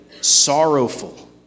sorrowful